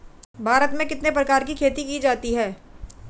भारत में कितने प्रकार की खेती की जाती हैं?